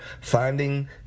finding